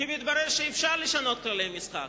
כי מתברר שאפשר לשנות כללי משחק.